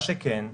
מה שכן,